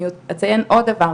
אני אציין עוד דבר,